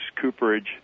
cooperage